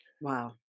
Wow